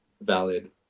valid